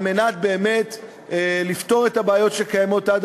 על מנת באמת לפתור את הבעיות שקיימות עד